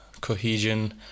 cohesion